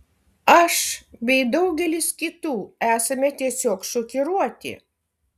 aš bei daugelis kitų esame tiesiog šokiruoti